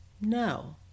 No